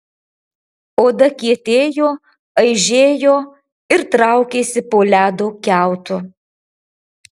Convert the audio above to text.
oda kietėjo aižėjo ir traukėsi po ledo kiautu